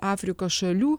afrikos šalių